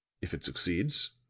if it succeeds,